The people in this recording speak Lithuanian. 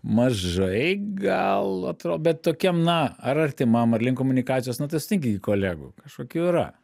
mažai gal atro bet tokiam na ar artimam ar link komunikacijos na tai sutinki kolegų kažkokių yra